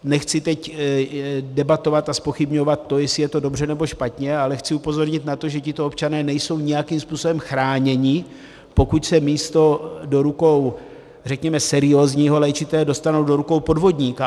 Nechci teď debatovat a zpochybňovat to, jestli je to dobře, nebo špatně, ale chci upozornit na to, že tito občané nejsou nějakým způsobem chráněni, pokud se místo do rukou, řekněme, seriózního léčitele dostanou do rukou podvodníka.